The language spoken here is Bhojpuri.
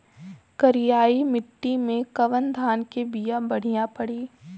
करियाई माटी मे कवन धान के बिया बढ़ियां पड़ी?